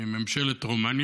מממשלת רומניה,